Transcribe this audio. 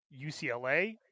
UCLA